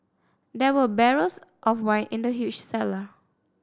there were barrels of wine in the huge cellar